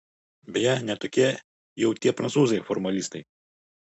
beje ne tokie jau tie prancūzai formalistai